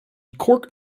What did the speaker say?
cork